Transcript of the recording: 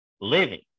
living